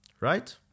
Right